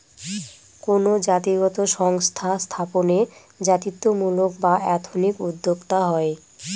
কোনো জাতিগত সংস্থা স্থাপনে জাতিত্বমূলক বা এথনিক উদ্যোক্তা হয়